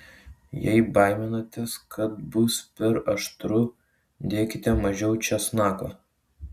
jei baiminatės kad bus per aštru dėkite mažiau česnako